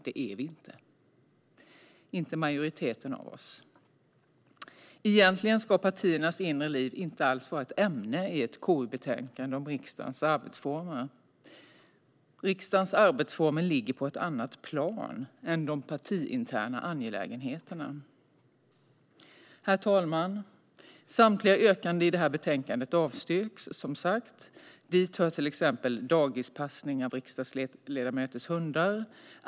Det är majoriteten av oss tyvärr inte. Egentligen ska partiernas inre liv inte alls vara ett ämne i ett KU-betänkande om riksdagens arbetsformer. Riksdagens arbetsformer ligger på ett annat plan än de partiinterna angelägenheterna. Herr talman! Samtliga yrkanden i det här betänkandet avstyrks, som sagt. Dit hör till exempel dagispassning av riksdagsledamöters hundar.